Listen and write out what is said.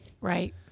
Right